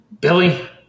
Billy